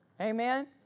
Amen